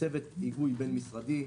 צוות היגוי בין-משרדי,